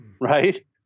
right